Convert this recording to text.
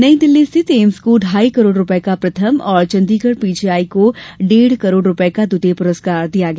नई दिल्ली स्थित एम्स को ढाई करोड रुपये का प्रथम और चण्डीगढ पीजीआई को डेढ करोड़ रुपये का द्वितीय पुरस्कार दिया गया